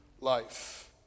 life